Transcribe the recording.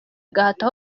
gahato